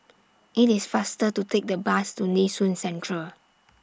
IT IS faster to Take The Bus to Nee Soon Central